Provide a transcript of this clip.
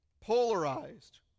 polarized